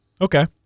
Okay